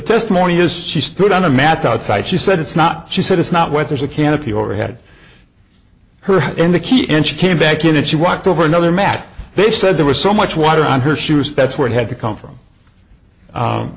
testimony is she stood on a mat outside she said it's not she said it's not what there's a canopy over had her in the key and she came back in and she walked over another matter they said there was so much water on her she was that's where it had to come from